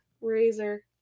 Razor